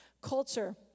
culture